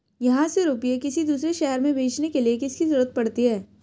यहाँ से रुपये किसी दूसरे शहर में भेजने के लिए किसकी जरूरत पड़ती है?